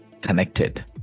connected